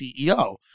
CEO